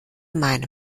meiner